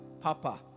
papa